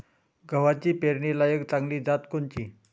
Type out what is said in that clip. गव्हाची पेरनीलायक चांगली जात कोनची?